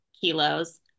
kilos